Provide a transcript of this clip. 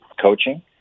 coaching